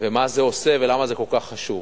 ומה זה עושה, ולמה זה כל כך חשוב.